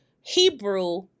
Hebrew